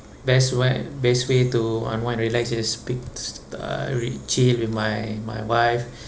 best way best way to unwind relax is pick uh re~ chill with my my wife